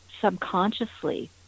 subconsciously